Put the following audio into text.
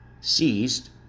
seized